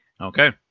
Okay